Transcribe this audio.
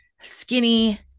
skinny